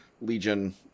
Legion